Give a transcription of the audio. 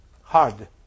hard